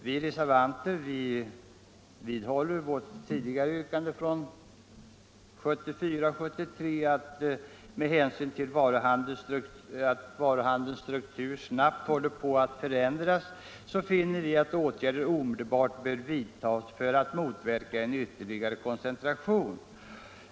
Vi reservanter vidhåller vårt åren 1973 och 1974 framförda yrkande att, med hänsyn till att varuhandelns struktur snabbt håller på att förändras, åtgärder bör vidtas för att motverka en ytterligare koncentration.